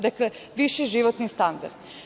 Dakle, viši životni standard.